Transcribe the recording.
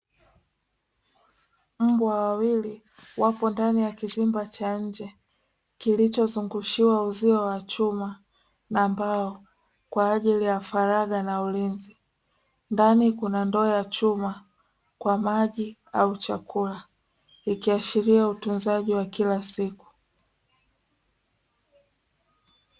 Mbwa wawili wapo ndani ya kizimba cha nje, kilichozungushiwa uzio wa chuma na mbao kwa ajili ya faragha na ulinzi. Ndani kuna ndoo ya chuma kwa ajili ya maji na chakula ikiashiria ni utunzaji wa kila siku.